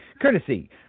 courtesy